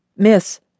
Miss